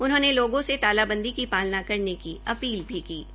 उन्होंने लोगों से तालाबंदी की पालना करने की अपील भी की है